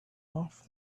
off